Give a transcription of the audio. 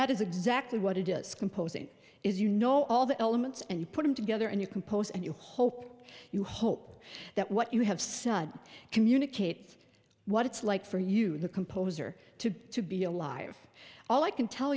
that is exactly what it is composing is you know all the elements and you put them together and you compose and you hope you hope that what you have said communicate what it's like for you the composer to to be alive all i can tell